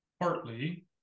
partly